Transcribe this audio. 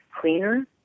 cleaner